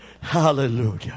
Hallelujah